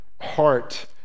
heart